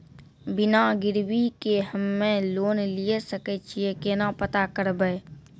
बिना गिरवी के हम्मय लोन लिये सके छियै केना पता करबै?